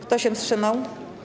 Kto się wstrzymał?